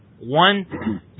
One